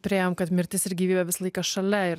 priėjom kad mirtis ir gyvybė visą laiką šalia ir